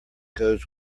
goes